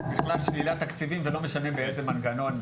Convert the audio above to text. בכלל שלילת תקציבים ולא משנה באיזה מנגנון.